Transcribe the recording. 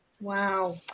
Wow